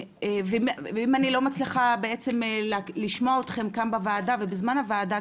ואם אני לא מצליחה בעצם לשמוע אתכם כאן בוועדה ובזמן הוועדה,